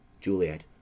Juliet